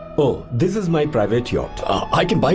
oh! this is my private yacht. i can buy